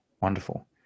Wonderful